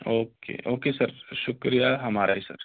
okay okay sir شکریہ ہم آ رہے ہیں سر